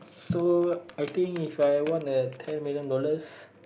so I think If I won a ten million dollars